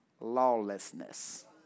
lawlessness